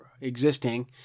existing